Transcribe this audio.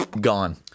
Gone